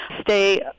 stay